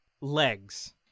legs